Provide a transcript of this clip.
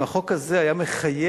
אם החוק הזה היה מחייב